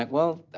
like well,